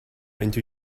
into